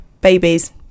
babies